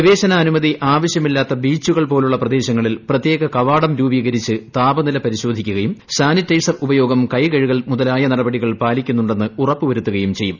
പ്രവേശനാനുമതി ആവശ്യമില്ലാത്ത ബീച്ചുകൾ പോലുള്ള പ്രദേശങ്ങളിൽ പ്രത്യേക കവാടം രൂപികരിച്ച് താപനില പരിശോധിക്കുകയും സാനിറ്റൈസർ ഉപയോഗം കൈകഴുകൽ മുതലായ നടപടികൾ പാലിക്കുന്നുണ്ടെന്ന് ഉറപ്പു വരുത്തുകയും ചെയ്യും